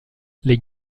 les